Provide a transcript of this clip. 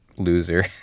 loser